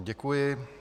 Děkuji.